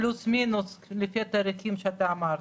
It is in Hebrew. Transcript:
פלוס מינוס בתאריכים שאמרת,